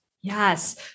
Yes